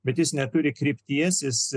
bet jis neturi krypties jis